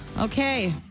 Okay